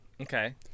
Okay